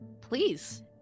please